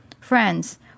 Friends